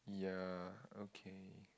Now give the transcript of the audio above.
yeah okay